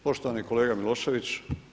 Poštovani kolega Milošević.